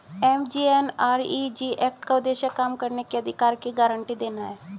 MGNREG act का उद्देश्य काम करने के अधिकार की गारंटी देना है